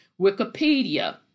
Wikipedia